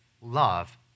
love